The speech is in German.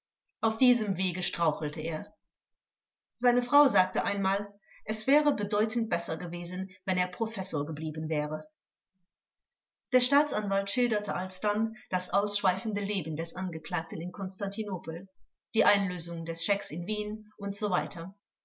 auf diesem wage strauchelte er seine frau sagte einmal es wäre bedeutend besser gewesen wenn er professor geblieben wäre der staatsanwalt schilderte alsdann das ausschweifende leben des angeklagten in konstantinopel die einlösung des schecks in wien usw